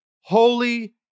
holy